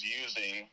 using